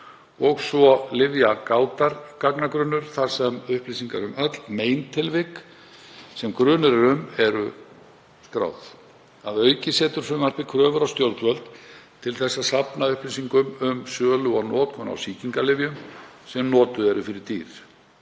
og lyfjagátargagnagrunnur, þar sem upplýsingar um öll meintilvik sem grunur er um eru skráð. Að auki setur frumvarpið kröfur á stjórnvöld um að safna upplýsingum um sölu og notkun á sýkingalyfjum sem notuð eru fyrir dýr.